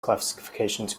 classifications